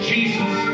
Jesus